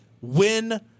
win